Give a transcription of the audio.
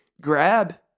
grab